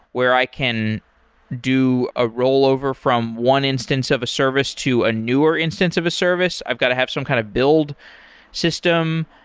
where i can do a rollover one instance of a service to a newer instance of a service. i've got to have some kind of build system.